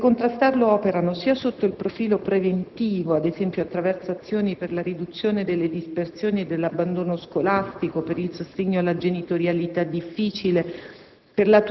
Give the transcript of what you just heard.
che per contrastarlo operano anzitutto sotto il profilo preventivo, ad esempio attraverso azioni per la riduzione della dispersione e dell'abbandono scolastico, per il sostegno alla genitorialità difficile,